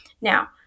Now